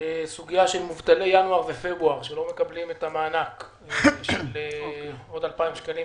סוגיה של מובטלי ינואר ופברואר שלא מקבלים מענק של עוד 2,000 שקלים,